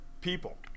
people